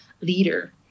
leader